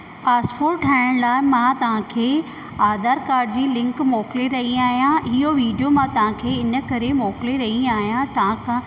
passport ठाहिण लाइ मां तव्हांखे आधार काड जी लिंक मोकिले रही आयां इयो वीडियो मां तव्हांखे इन करे मोकिले रही आहियां तव्हांखां